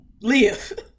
live